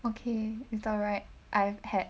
okay it's all right I've had